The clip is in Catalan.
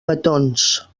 petons